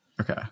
okay